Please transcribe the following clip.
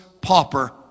pauper